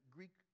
Greek